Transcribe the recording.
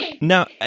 Now